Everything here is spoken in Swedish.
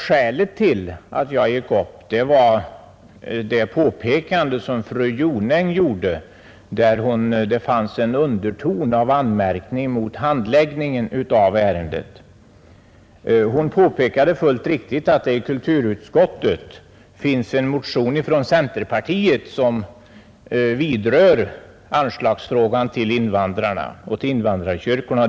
Skälet till att jag gick upp var det påpekande som fru Jonäng gjorde och där det fanns en underton av anmärkning mot handläggningen av ärendet. Fru Jonäng påpekade fullt riktigt att det i kulturutskottet ligger en motion från centerpartiet, som berör frågan om anslag till invandrarkyrkorna.